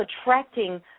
attracting